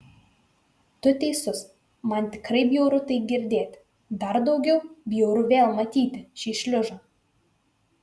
tu teisus man tikrai bjauru tai girdėti dar daugiau bjauru vėl matyti šį šliužą